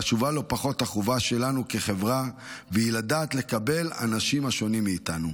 חשובה לא פחות החובה שלנו כחברה והיא לדעת לקבל אנשים השונים מאיתנו.